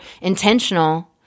intentional